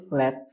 let